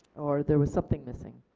there was something missing.